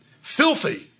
Filthy